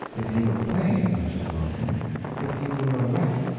if he were plain, i should love him if he were a wreck,